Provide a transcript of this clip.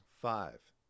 five